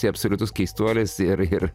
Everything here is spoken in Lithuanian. tai absoliutus keistuolis ir ir